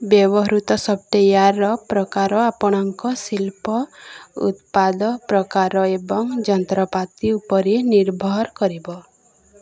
ବ୍ୟବହୃତ ସଫ୍ଟୱେୟାର୍ର ପ୍ରକାର ଆପଣଙ୍କ ଶିଳ୍ପ ଉତ୍ପାଦ ପ୍ରକାର ଏବଂ ଯନ୍ତ୍ରପାତି ଉପରେ ନିର୍ଭର କରିବ